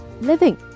living